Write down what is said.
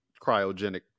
cryogenic